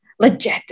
legit